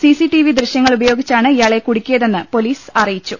CCTV ദൃശ്യങ്ങൾ ഉപ യോഗിച്ചാണ് ഇയാളെ കുടുക്കിയതെന്ന് പൊലീസ് അറിയിച്ചു